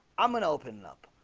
i'm gonna open up.